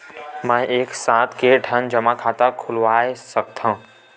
मैं एक साथ के ठन जमा खाता खुलवाय सकथव?